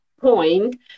point